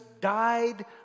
died